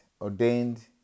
ordained